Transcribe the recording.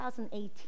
2018